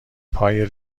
پای